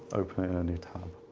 opening a and new tab